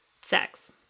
sex